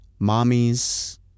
mommies